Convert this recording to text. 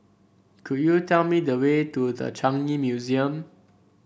could you tell me the way to The Changi Museum